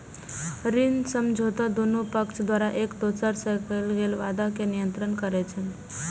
ऋण समझौता दुनू पक्ष द्वारा एक दोसरा सं कैल गेल वादा कें नियंत्रित करै छै